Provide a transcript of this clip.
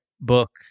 book